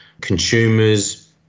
consumers